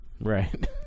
Right